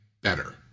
better